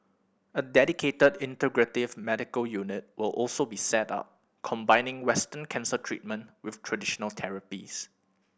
a dedicated integrative medical unit will also be set up combining Western cancer treatment with traditional therapies